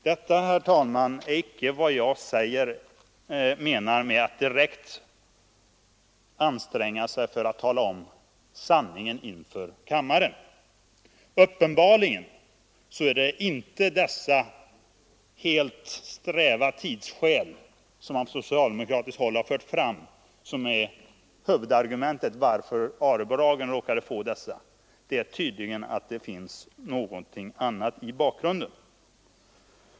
Detta, herr talman, är icke vad jag kallar att direkt anstränga sig för att tala om sanningen inför kammaren. Uppenbarligen är det inte de snäva tidsskäl som man från socialdemokratiskt håll åberopat som är huvudanledningen till att ARE-bolagen fick beställningen. Det är tydligt att det finns något annat i bakgrunden.